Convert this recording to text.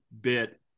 bit